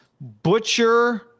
Butcher